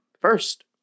first